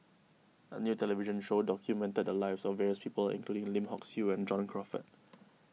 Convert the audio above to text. a new television show documented the lives of various people including Lim Hock Siew and John Crawfurd